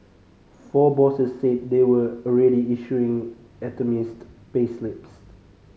four bosses said they were already issuing itemised payslips